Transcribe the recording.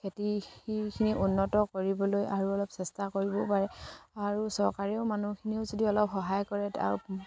খেতিখিনি উন্নত কৰিবলৈ আৰু অলপ চেষ্টা কৰিবও পাৰে আৰু চৰকাৰেও মানুহখিনিও যদি অলপ সহায় কৰে